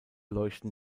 leuchten